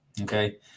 Okay